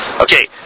Okay